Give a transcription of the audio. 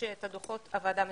שאת הדוחות הוועדה מקבלת.